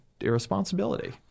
irresponsibility